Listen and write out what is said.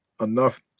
enough